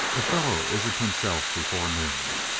a fellow isn't himself before noon.